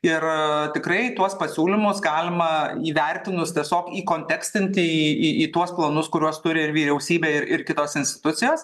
ir tikrai tuos pasiūlymus galima įvertinus tiesiog įkontekstinti į į į tuos planus kuriuos turi ir vyriausybė ir ir kitos institucijos